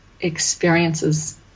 experiences